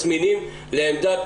יש אנשים שלא יודעים להתחכם.